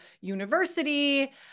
university